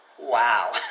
Wow